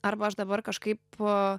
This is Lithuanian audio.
arba aš dabar kažkaip a